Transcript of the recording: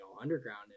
Underground